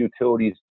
utilities